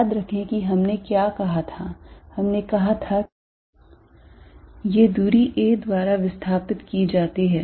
याद रखें कि हमने क्या कहा था हमने कहा था कि ये दूरी a द्वारा विस्थापित की जाती हैं